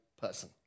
person